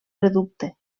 reducte